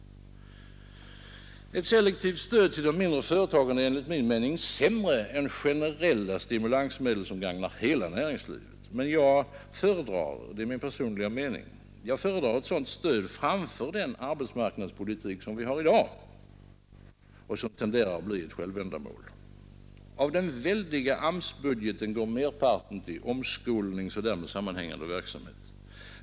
Ett selektivt stöd till de mindre företagen är enligt min mening sämre än generella stimulansmedel som gagnar hela näringslivet, men jag — och det är min personliga mening — föredrar ett sådant stöd framför den arbetsmarknadspolitik som vi har i dag och som tenderar att bli ett självändamål. Av den väldiga AMS-budgeten går merparten till omskolningar och därmed sammanhängande verksamhet.